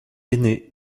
aîné